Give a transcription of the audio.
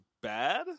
bad